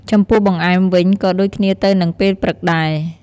ចំពោះបង្អែម វិញក៍ដូចគ្នាទៅនឹងពេលព្រឹកដែរ។